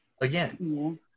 again